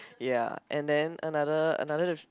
ya and then another another